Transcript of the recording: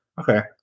okay